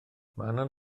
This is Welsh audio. manon